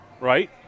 right